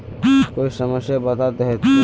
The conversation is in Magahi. कोई समस्या बता देतहिन?